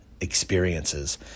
experiences